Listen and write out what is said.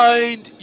Mind